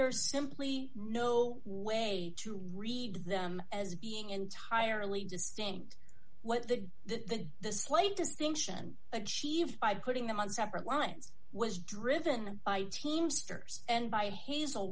are simply no way to read them as being entirely distinct what they did the the slate distinction achieved by putting them on separate lines was driven by teamsters and by hazel